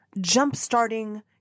jump-starting